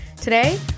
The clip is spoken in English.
Today